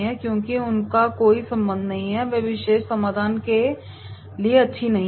क्योंकि उनका कोई संबंध नहीं है और यह विशेष समाधान के लिए अच्छा नहीं है